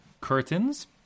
curtains